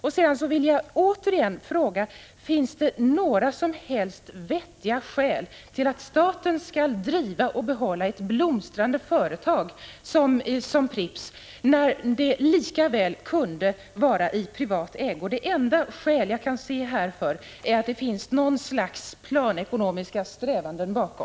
Jag vill återigen fråga: Finns det några vettiga skäl till att staten skall behålla och driva ett blomstrande företag som Pripps när det lika väl kunde vara i privat ägo? Det enda skäl jag kan se härför är att det ligger något slags planekonomiska strävanden bakom.